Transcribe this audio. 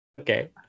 Okay